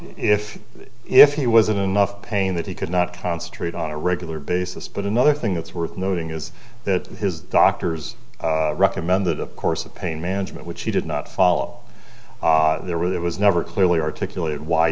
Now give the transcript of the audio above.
if if he was in enough pain that he could not concentrate on a regular basis but another thing that's worth noting is that his doctors recommended of course of pain management which he did not follow there were there was never clearly articulated why